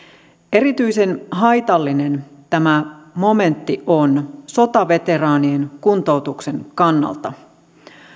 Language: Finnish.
erityisen haitallinen tämä momentti on sotaveteraanien kuntoutuksen kannalta